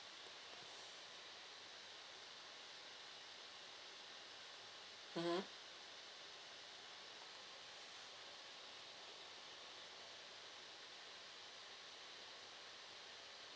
mmhmm